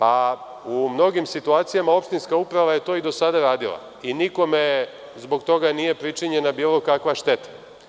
Pa, u mnogim situacijama opštinska uprava je to i do sada radila i nikome zbog toga nije pričinjena bilo kakva šteta.